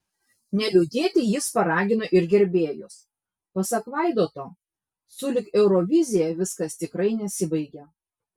neliūdėti jis paragino ir gerbėjus pasak vaidoto sulig eurovizija viskas tikrai nesibaigia